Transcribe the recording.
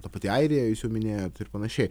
ta pati airija jūs jau minėjot ir panašiai